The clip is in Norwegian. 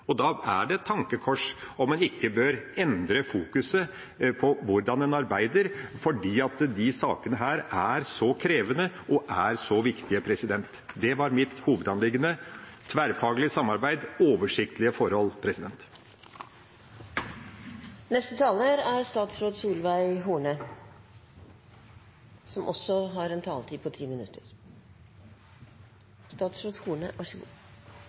Da er det et tankekors – om en ikke bør endre fokus når det gjelder hvordan en arbeider, for disse sakene er så krevende og så viktige. Det var mitt hovedanliggende: tverrfaglig samarbeid – oversiktlige forhold.